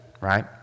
right